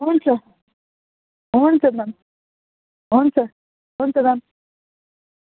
हुन्छ हुन्छ म्याम हुन्छ हुन्छ म्याम